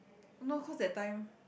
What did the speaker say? no cause that time